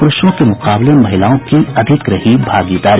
पुरूषों के मुकाबले महिलाओं की अधिक रही भागीदारी